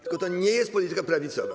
Tylko to nie jest polityka prawicowa.